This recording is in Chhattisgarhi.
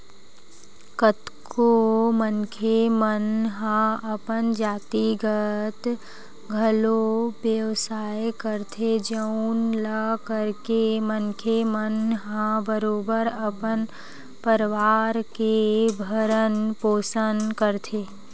कतको मनखे मन हा अपन जातिगत घलो बेवसाय करथे जउन ल करके मनखे मन ह बरोबर अपन परवार के भरन पोसन करथे